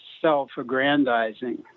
self-aggrandizing